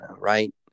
right